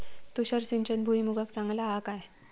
तुषार सिंचन भुईमुगाक चांगला हा काय?